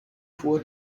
vor